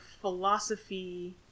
philosophy